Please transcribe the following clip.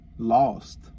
lost